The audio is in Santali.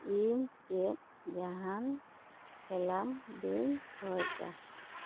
ᱤᱧ ᱪᱮᱫ ᱡᱟᱦᱟᱸᱱ ᱮᱞᱟᱢ ᱵᱟᱹᱧ ᱠᱷᱚᱡᱟ